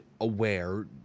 aware